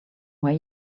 way